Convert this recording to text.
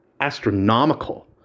astronomical